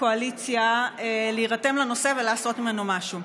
הקואליציה להירתם לנושא ולעשות ממנו משהו.